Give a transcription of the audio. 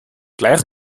gleich